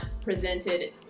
presented